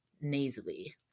nasally